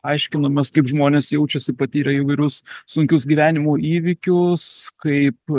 aiškinamės kaip žmonės jaučiasi patyrę įvairius sunkius gyvenimo įvykius kaip